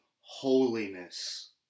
holiness